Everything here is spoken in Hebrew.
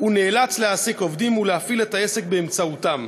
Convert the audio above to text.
הוא נאלץ להעסיק עובדים ולהפעיל את העסק באמצעותם.